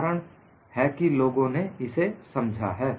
कारण है कि लोगों ने इसे समझा है